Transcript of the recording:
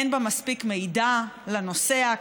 אין בה מספיק מידע לנוסע,